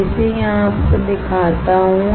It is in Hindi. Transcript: मैं इसे यहाँ आपको दिखाता हूँ